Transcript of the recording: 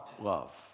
love